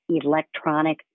electronic